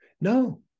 No